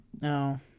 No